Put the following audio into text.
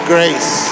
Grace